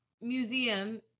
museum